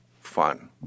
fun